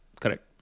Correct